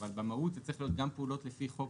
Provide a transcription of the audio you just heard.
אבל במהות זה צריך להיות גם פעולות לפי חוק